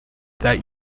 that